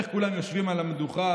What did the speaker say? איך כולם יושבים על המדוכה,